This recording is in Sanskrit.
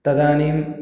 तदानीम्